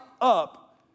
up